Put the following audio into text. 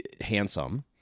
handsome